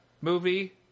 movie